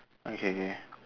okay K